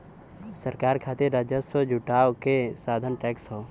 सरकार खातिर राजस्व जुटावे क साधन टैक्स हौ